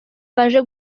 baje